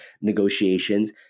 negotiations